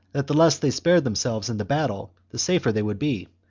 that the less they spared themselves in the battle the safer they would be,